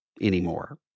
anymore